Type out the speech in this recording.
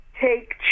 take